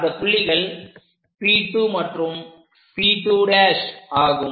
அந்த புள்ளிகள் P2 மற்றும் P2' ஆகும்